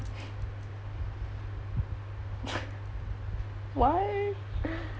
what